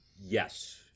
Yes